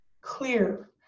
clear